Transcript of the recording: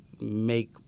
make